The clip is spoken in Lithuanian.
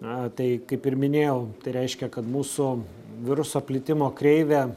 na tai kaip ir minėjau tai reiškia kad mūsų viruso plitimo kreivė